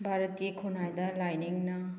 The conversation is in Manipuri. ꯚꯥꯔꯠꯀꯤ ꯈꯨꯅꯥꯏꯗ ꯂꯥꯏꯅꯤꯡꯅ